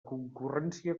concurrència